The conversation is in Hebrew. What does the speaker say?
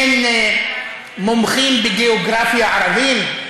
אין מומחים בגיאוגרפיה ערבים?